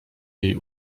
jej